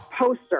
poster